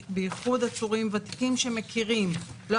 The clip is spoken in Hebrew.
בייחוד עצורים ותיקים שמכירים לא